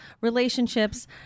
relationships